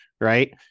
right